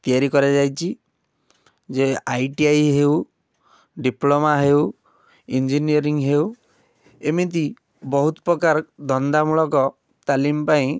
ତିଆରି କରାଯାଇଛି ଯେ ଆଇ ଟି ଆଇ ହେଉ ଡିପ୍ଲୋମା ହେଉ ଇଞ୍ଜିନିୟରିଂ ହେଉ ଏମିତି ବହୁତ ପକାର ଧନ୍ଦାମୂଳକ ତାଲିମ ପାଇଁ